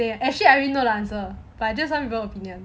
they are actually I already know the answer but I just want people opinion